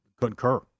concur